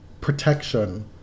protection